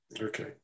Okay